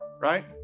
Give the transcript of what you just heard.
right